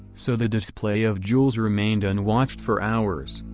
so the display of jewels remained unwatched for hours,